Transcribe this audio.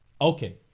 Okay